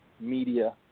media